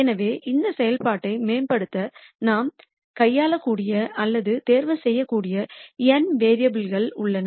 எனவே இந்த செயல்பாட்டை மேம்படுத்த நாம் கையாளக்கூடிய அல்லது தேர்வுசெய்யக்கூடிய n வேரியபுல் கள் உள்ளன